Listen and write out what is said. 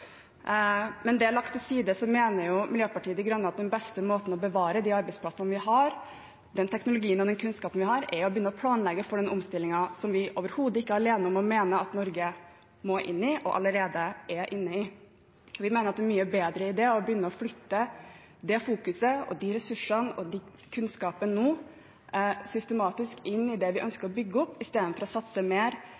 Men det lagt til side mener jo Miljøpartiet De Grønne at den beste måten å bevare de arbeidsplassene vi har på, og den teknologien og den kunnskapen vi har, er å begynne å planlegge for den omstillingen som vi overhodet ikke er alene om å mene at Norge må inn i, og allerede er inne i. Vi mener at det er en mye bedre idé å begynne å flytte det fokuset, de ressursene og den kunnskapen nå systematisk inn i det vi ønsker å bygge opp, istedenfor å satse mer